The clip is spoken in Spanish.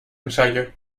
ensayo